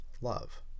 love